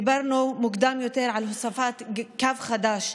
דיברנו מוקדם יותר על הוספת קו חדש,